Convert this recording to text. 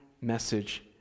message